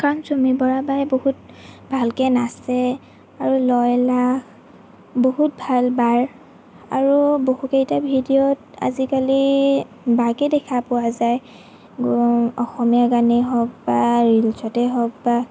কাৰণ চুমী বৰা বাই বহুত ভালকে নাচে আৰু লয়লাস বহুত ভাল বাৰ আৰু বহুকেইটা ভিডিঅ'ত আজিকালি বাকেই দেখা পোৱা যায় অসমীয়া গানেই হওক বা ৰিলচতেই হওঁক বা